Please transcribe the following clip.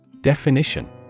Definition